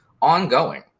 ongoing